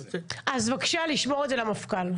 בבקשה לשמור את זה למפכ"ל.